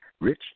rich